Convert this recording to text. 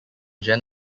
jen